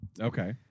Okay